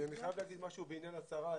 אני חייב להגיד משהו בעניין השרה,